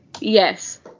Yes